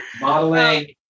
Modeling